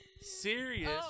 serious